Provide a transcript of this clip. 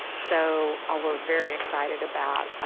so ah we're very excited about,